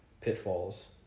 pitfalls